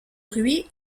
rhuys